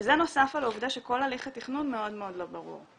וזה נוסף על העובדה שכל הליך התכנון מאוד מאוד לא ברור.